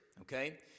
Okay